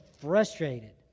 frustrated